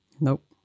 Nope